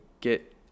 get